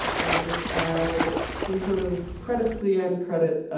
we'll just add some sort of credits, the end credits.